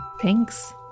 Thanks